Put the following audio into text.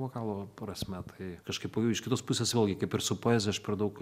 vokalo prasme tai kažkaip iš kitos pusės vėlgi kaip ir su poezija aš per daug